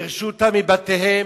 גירשו אותם מבתיהם,